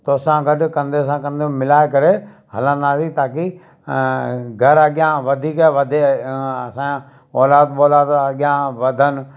तोसां गॾु कंधे सां कंधो मिलाए करे हलंदासीं ताकी घरु अॻियां वधीक वधे असांजा औलाद बौलाद अॻियां वधनि